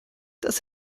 das